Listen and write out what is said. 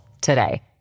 today